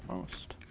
almost.